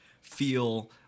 feel